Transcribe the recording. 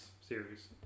series